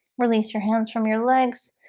release your hands from your legs.